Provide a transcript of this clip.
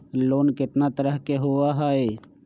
Loan केतना तरह के होअ हई?